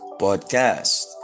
podcast